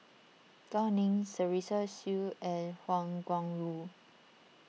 Gao Ning Teresa Hsu and Wang Gungwu